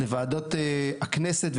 ועדות הכנסת,